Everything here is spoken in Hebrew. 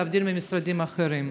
להבדיל ממשרדים אחרים.